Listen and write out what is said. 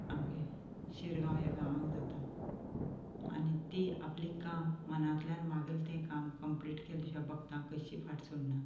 आमगें शिरगांव ह्या गांवांक जाता आनी ती आपलें काम मनांतल्यान मांगला तें काम कम्पलीट केले शिवाय भक्तांची कशी फाट सोडना